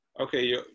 Okay